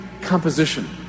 composition